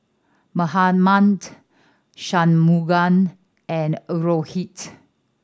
Mahatma Shunmugam and Rohit